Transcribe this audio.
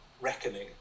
reckoning